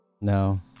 no